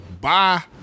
Bye